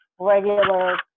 regular